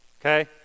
Okay